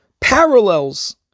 parallels